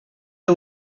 who